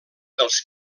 dels